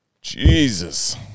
Jesus